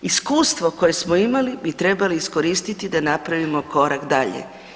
Iskustvo koje smo imali bi trebali iskoristiti da napravimo korak dalje.